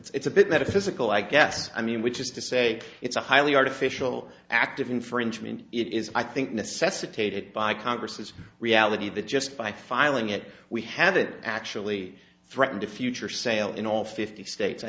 it's a bit metaphysical i guess i mean which is to say it's a highly artificial act of infringement it is i think necessitated by congress reality that just by filing it we haven't actually threatened a future sale in all fifty states i